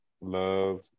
love